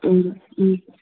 ꯎꯝ ꯎꯝ